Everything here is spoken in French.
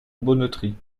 bonneterie